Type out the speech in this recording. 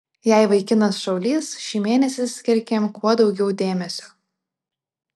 jei vaikinas šaulys šį mėnesį skirk jam kuo daugiau dėmesio